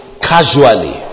casually